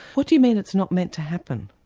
what do you mean it's not meant to happen?